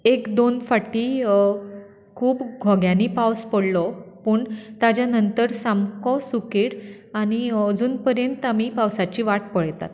एक दोन फाटी खूब घोग्यांनीं पावस पडलो पूण ताचे नंतर सामको सुकेर आनी अजून पर्यांत आमी पावसाची वाट पळयतात